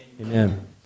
amen